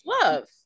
love